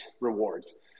rewards